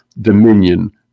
dominion